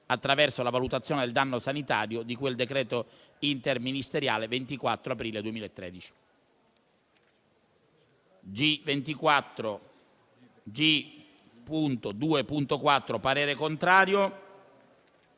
attraverso la valutazione del danno sanitario di cui al decreto interministeriale 24 aprile 2013.